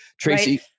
Tracy-